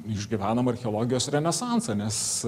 išgyvenam archeologijos renesansą nes